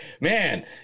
man